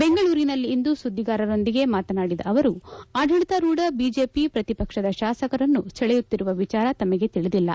ಬೆಂಗಳೂರಿನಲ್ಲಿಂದು ಸುದ್ದಿಗಾರರೊಂದಿಗೆ ಮಾತನಾಡಿದ ಅವರು ಅಡಳಿತಾರೂಢ ಬಿಜೆಪಿ ಪ್ರತಿಪಕ್ಷದ ಶಾಸಕರನ್ನು ಸೆಳೆಯುತ್ತಿರುವ ವಿಚಾರ ತಮಗೆ ತಿಳಿದಿಲ್ಲ